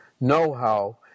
know-how